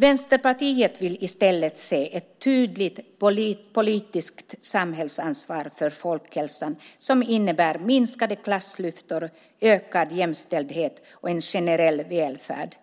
Vänsterpartiet vill i stället se ett tydligt politiskt samhällsansvar för folkhälsan som innebär minskade klassklyftor, ökad jämställdhet och en generell välfärd.